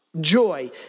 joy